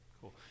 Cool